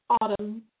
Autumn